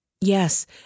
Yes